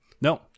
No